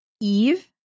Eve